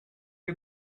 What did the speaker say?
you